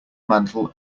mantel